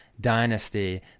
dynasty